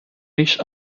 nicht